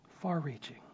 far-reaching